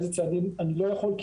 ואיזה צעדים אני לא יכול.